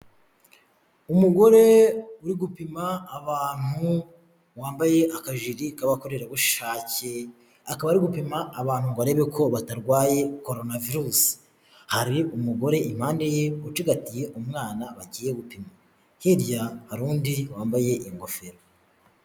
Umugore uri gupima abantu wambaye akajiri k'abakorerabushake akaba ari gupima abantu barebe ko batarwaye corona virus, hari umugore impande ye ucigatiye umwana bagiye gupima, hirya hari undi wambaye ingofero.